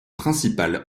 principal